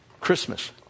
Christmas